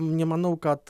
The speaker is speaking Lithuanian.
nemanau kad